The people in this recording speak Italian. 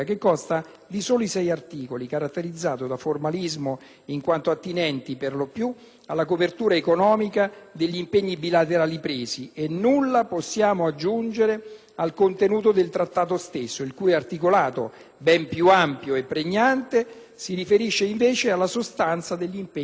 di soli sei articoli, caratterizzati da formalismo in quanto attinenti per lo più alla copertura economica degli impegni bilaterali presi, e nulla possiamo aggiungere al contenuto del Trattato stesso, il cui articolato, ben più ampio e pregnante, si riferisce invece alla sostanza degli impegni presi.